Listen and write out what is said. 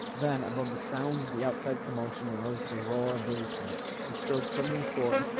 then, above the sounds of the outside commotion, arose the roar of the lieutenant. he strode suddenly forth,